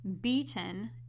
beaten